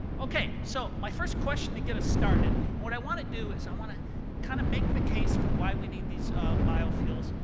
ok, so my first question to get us started. and what i want to do is i want to kind of make the case for why we need these biofuels.